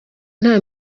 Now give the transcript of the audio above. nta